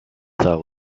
thought